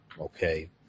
Okay